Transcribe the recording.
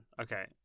Okay